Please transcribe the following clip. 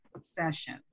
session